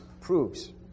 proves